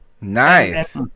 nice